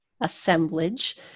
assemblage